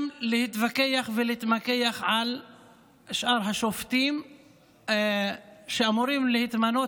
גם להתווכח ולהתמקח על שאר השופטים שאמורים להתמנות,